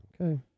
okay